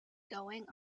going